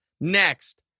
Next